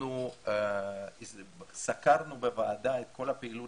אנחנו סקרנו בוועדה את כל הפעילות